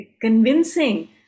convincing